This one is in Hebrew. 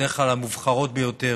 בדרך כלל המובחרות ביותר,